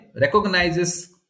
recognizes